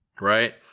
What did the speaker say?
right